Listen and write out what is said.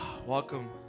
welcome